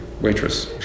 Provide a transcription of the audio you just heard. waitress